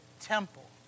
temple